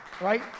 right